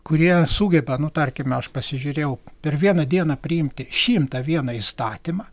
kurie sugeba nu tarkime aš pasižiūrėjau per vieną dieną priimti šimtą vieną įstatymą